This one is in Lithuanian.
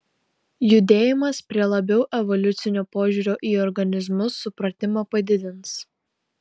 judėjimas prie labiau evoliucinio požiūrio į organizmus supratimą padidins